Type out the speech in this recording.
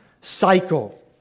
cycle